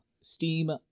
steam